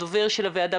הדובר של הוועדה,